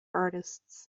artists